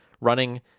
running